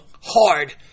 hard